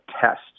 test